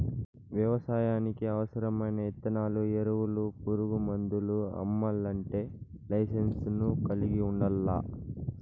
వ్యవసాయానికి అవసరమైన ఇత్తనాలు, ఎరువులు, పురుగు మందులు అమ్మల్లంటే లైసెన్సును కలిగి ఉండల్లా